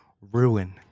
ruin